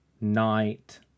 night